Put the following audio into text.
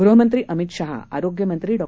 गृहमंत्री अमित शहा आरोग्य मंत्री डॉ